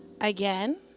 Again